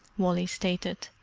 wally stated.